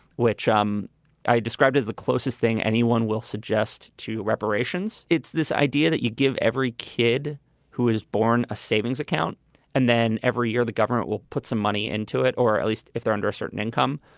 which um i described as the closest thing anyone will suggest to reparations. it's this idea that you give every kid who is born a savings account and then every year the government will put some money into it, or at least if they're under a certain income,